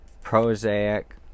prosaic